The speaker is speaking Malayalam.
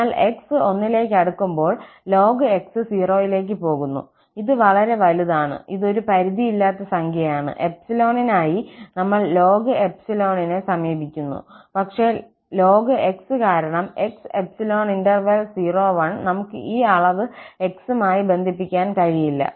അതിനാൽ x 1 ലേക്ക് അടുക്കുമ്പോൾ ln x 0 ലേക്ക് പോകുന്നു ഇത് വളരെ വലുത് ആണ് ഇത് ഒരു പരിധിയില്ലാത്ത സംഖ്യയാണ് 𝜖 നായി നമ്മൾ ln യെ സമീപിക്കുന്നു പക്ഷേ ln 𝑥 കാരണം 𝑥 ∈ 01 നമുക്ക് ഈ അളവ് x ഉം ആയി ബന്ധിപ്പിക്കാൻ കഴിയില്ല